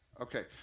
Okay